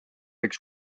üks